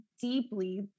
deeply